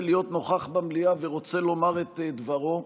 להיות נוכח במליאה ורוצה לומר את דברו,